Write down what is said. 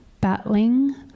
battling